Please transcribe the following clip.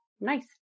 Nice